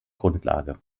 grundlage